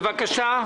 בבקשה.